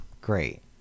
Great